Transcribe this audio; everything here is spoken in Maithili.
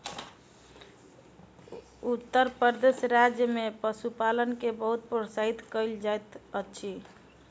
उत्तर प्रदेश राज्य में पशुपालन के बहुत प्रोत्साहित कयल जाइत अछि